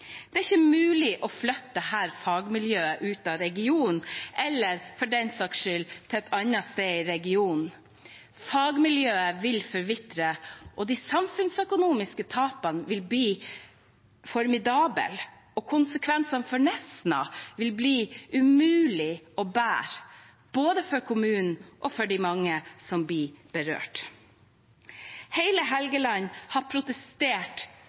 Det er ikke mulig å flytte dette fagmiljøet ut av regionen, eller for den saks skyld til et annet sted i regionen. Fagmiljøet vil forvitre, og de samfunnsøkonomiske tapene vil bli formidable. Og konsekvensene for Nesna vil bli umulig å bære, både for kommunen og for de mange som blir berørt. Hele Helgeland har protestert